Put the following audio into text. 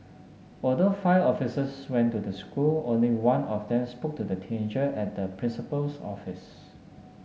although five officers went to the school only one of them spoke to the teenager at the principal's office